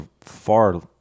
far